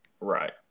Right